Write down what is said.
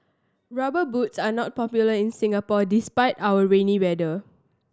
Rubber Boots are not popular in Singapore despite our rainy weather